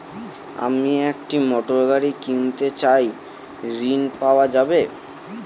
আমি একটি মোটরগাড়ি কিনতে চাই ঝণ পাওয়া যাবে?